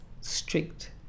strict